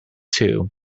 too